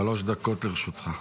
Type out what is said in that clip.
שלוש דקות לרשותך.